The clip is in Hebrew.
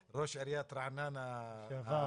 זה ראש עיריית רעננה לשעבר,